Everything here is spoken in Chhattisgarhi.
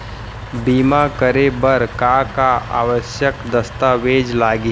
बीमा करे बर का का आवश्यक दस्तावेज लागही